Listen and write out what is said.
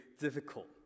difficult